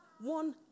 one